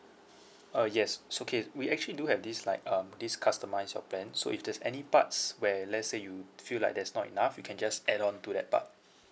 uh yes so okay we actually do have this like um this customise your plan so if there's any parts where let's say you feel like that's not enough you can just add on to that part